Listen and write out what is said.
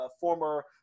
former